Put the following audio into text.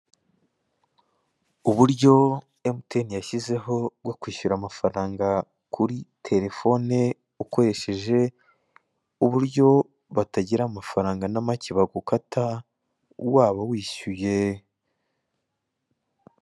Uburyo emutiyene yashyizeho bwo kwishyura amafaranga kuri telefone, ukoresheje uburyo batagira amafaranga na make bagukata waba wishyuye.